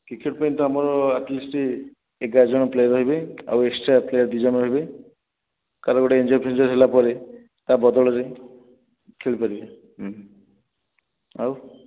ticket ପାଇଁ ତ ଆମର ଆଟ୍ ଲିଷ୍ଟ୍ ଏଗାର ଜଣ ପିଲା ରହିବେ ଆଉ ଏକ୍ସଟ୍ରା ପ୍ଲେୟାର୍ ଦୁଇ ଜଣ ରହିବେ କାହାର ଗୋଟେ ଏନଜଡ଼୍ ଫେନ୍ଜଡ଼ ହେଲାପରେ ତାହା ବଦଳରେ ଖେଳିପାରିବେ ଆଉ